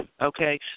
okay